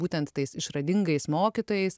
būtent tais išradingais mokytojais